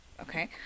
Okay